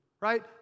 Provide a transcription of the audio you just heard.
right